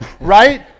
right